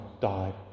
died